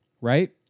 right